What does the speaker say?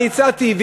אני הצעתי,